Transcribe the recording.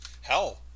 Hell